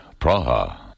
Praha